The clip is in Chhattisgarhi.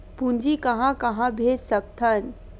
पूंजी कहां कहा भेज सकथन?